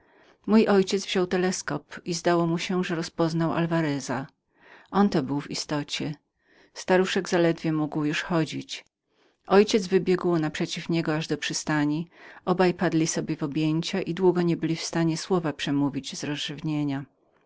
mój ojciec wziął teleskop i zdało mu się że rozpoznał alwareza on to był w istocie staruszek zaledwie mógł już chodzić mój ojciec wybiegł przeciw niemu aż do przystani obaj padli we wzajemne objęcia i długo niebyli w stanie słowa przemówić z